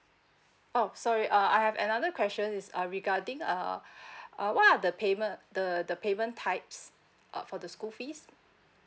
oh sorry uh I have another question is uh regarding uh uh what are the payment uh the the payment types uh for the school fees